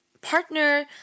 partner